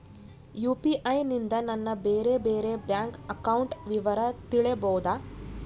UPI ನಿಂದ ನನ್ನ ಬೇರೆ ಬೇರೆ ಬ್ಯಾಂಕ್ ಅಕೌಂಟ್ ವಿವರ ತಿಳೇಬೋದ?